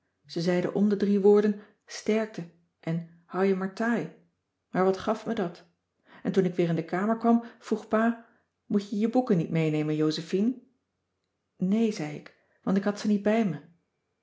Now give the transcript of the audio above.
ze zeiden om de drie woorden sterkte en hou je maar taai maar wat gaf mij dat en toen ik weer in de kamer kwam vroeg pa moet je je boeken niet meenemen josephine nee zei ik want ik had ze niet bij me